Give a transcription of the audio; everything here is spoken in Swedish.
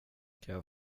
kan